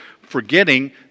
forgetting